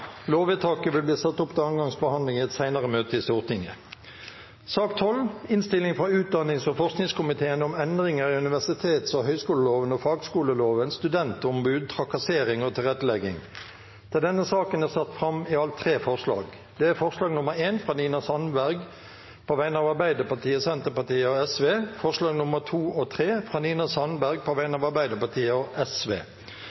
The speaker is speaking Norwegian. Lovvedtaket vil bli ført opp til andre gangs behandling i et senere møte i Stortinget. Under debatten er det satt fram i alt tre forslag. Det er forslag nr. 1, fra Nina Sandberg på vegne av Arbeiderpartiet, Senterpartiet og Sosialistisk Venstreparti forslagene nr. 2 og 3, fra Nina Sandberg på